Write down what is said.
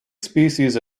species